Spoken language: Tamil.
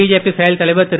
பிஜேபி செயல்தலைவர் திரு